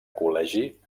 col·legi